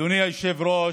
אדוני היושב-ראש,